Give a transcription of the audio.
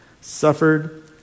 suffered